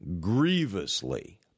grievously